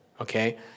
okay